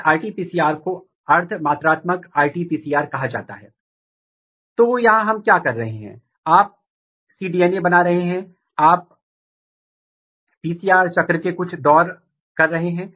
जिसका अर्थ है कि MADS1 34 का नकारात्मक नियामक है और MADS55 का सकारात्मक नियामक है लेकिन जब आप डेक्सामेथासोन के साथ प्रेरित करते हैं तो लक्ष्य की प्रेरित अभिव्यक्ति या दमित अभिव्यक्ति सामान्य पर वापस आ रही है लेकिन अगर आप साइक्लोहेक्सामाइड की उपस्थिति में ऐसा करते हैं